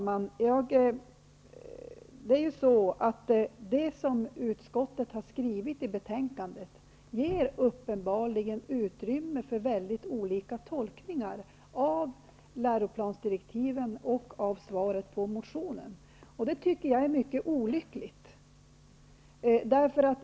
Herr talman! Det som utskottet har skrivit i betänkandet ger uppenbarligen utrymme för mycket olika tolkningar när det gäller läroplansdirektiven och svaret på motionen. Det tycker jag är mycket olyckligt.